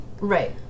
Right